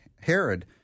Herod